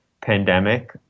pandemic